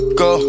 go